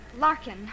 Larkin